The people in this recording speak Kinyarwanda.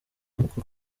uko